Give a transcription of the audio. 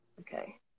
Okay